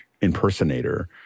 impersonator